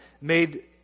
made